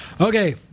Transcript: Okay